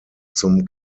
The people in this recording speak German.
zum